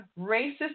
racist